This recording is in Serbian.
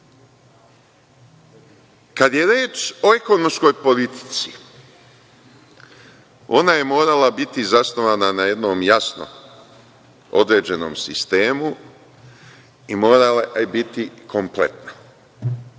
je reč o ekonomskoj politici, ona je morala biti zasnovana na jednom jasnom određenom sistemu i morala je biti kompletna.